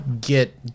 get